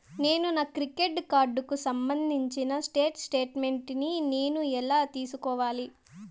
నేను నా క్రెడిట్ కార్డుకు సంబంధించిన స్టేట్ స్టేట్మెంట్ నేను ఎలా తీసుకోవాలి?